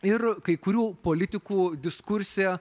ir kai kurių politikų diskurse